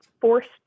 forced